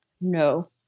No